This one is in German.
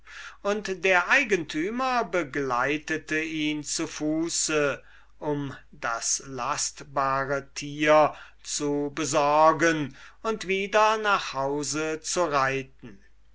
und der eigentümer begleitete ihn zu fuß um das lastbare tier zu besorgen und wieder nach hause zu reiten